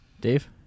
Dave